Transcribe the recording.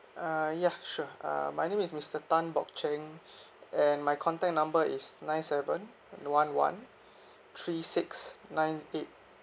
uh yeah sure uh my name is mister tan bock cheng and my contact number is nine seven one one three six nine eight